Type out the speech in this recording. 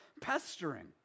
pestering